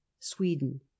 sweden